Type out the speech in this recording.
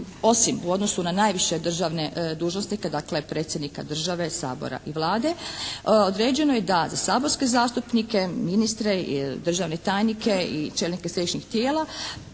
osim u odnosu na najviše državne dužnosnike, dakle Predsjednika države, Sabora i Vlade. Određeno je da za saborske zastupnike, ministre, državne tajnike i čelnike Središnjih tijela